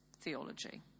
theology